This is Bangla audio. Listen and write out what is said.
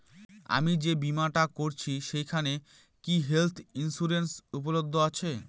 আমি যে বীমাটা করছি সেইখানে কি হেল্থ ইন্সুরেন্স উপলব্ধ আছে?